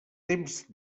temps